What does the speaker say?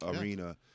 Arena